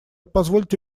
позвольте